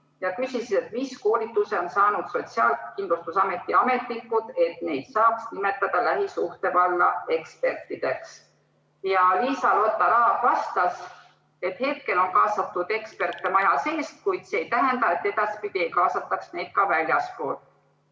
ja küsisid, mis koolituse on saanud Sotsiaalkindlustusameti ametnikud, et neid saaks nimetada lähisuhtevägivalla ekspertideks. Liisa-Lotta Raag vastas, et hetkel on kaasatud eksperte maja seest, kuid see ei tähenda, et edaspidi ei kaasataks neid ka väljastpoolt,